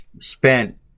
spent